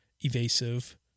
evasive